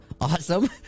Awesome